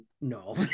no